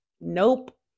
Nope